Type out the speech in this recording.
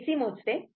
हे AC मोजते